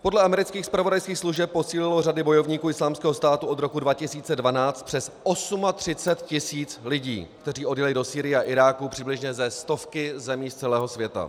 Podle amerických zpravodajských služeb posílilo řady bojovníků Islámského státu od roku 2012 přes 38 tisíc lidí, kteří odjeli do Sýrie a Iráku přibližně ze stovky zemí z celého světa.